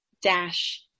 dash